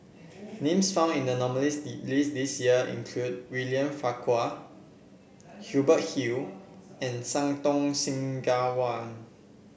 names found in the nominees' list this year include William Farquhar Hubert Hill and Santokh Singh Grewal